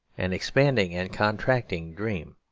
an expanding and contracting-dream.